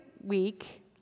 week